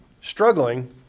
struggling